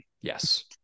Yes